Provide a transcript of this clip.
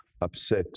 upset